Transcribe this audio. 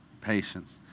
patience